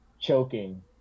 choking